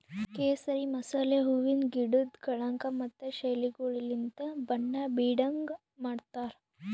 ಕೇಸರಿ ಮಸಾಲೆ ಹೂವಿಂದ್ ಗಿಡುದ್ ಕಳಂಕ ಮತ್ತ ಶೈಲಿಗೊಳಲಿಂತ್ ಬಣ್ಣ ಬೀಡಂಗ್ ಮಾಡ್ತಾರ್